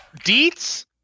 Deets